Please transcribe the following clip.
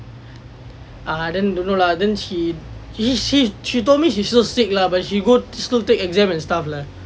ah then don't know lah then she she she she told me she's still sick lah but she go still take exam and stuff lah